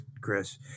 Chris